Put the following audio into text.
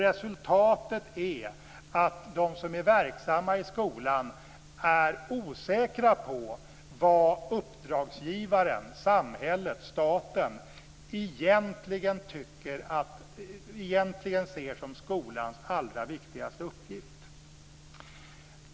Resultatet är att de som är verksamma i skolan är osäkra på vad uppdragsgivaren, samhället, staten, egentligen ser som skolans allra viktigaste uppgift.